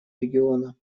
региона